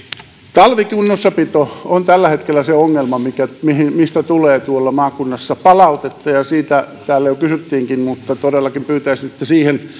talvikunnossapito on tällä hetkellä se ongelma mistä tulee maakunnassa palautetta ja siitä täällä jo kysyttiinkin mutta todellakin pyytäisin että